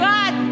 God